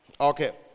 Okay